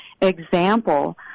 example